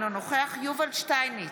אינו נוכח יובל שטייניץ,